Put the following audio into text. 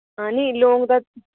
हां निं लौंगे दा